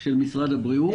של משרד הבריאות.